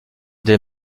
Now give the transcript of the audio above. des